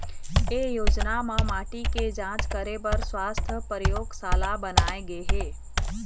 ए योजना म माटी के जांच करे बर सुवास्थ परयोगसाला बनाए गे हे